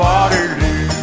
Waterloo